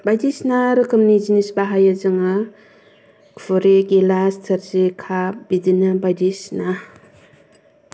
बायदिसिना रोखोमनि जिनिस बाहायो जोङो खुरै गिलास थोरसि काप बिदिनो बायदिसिना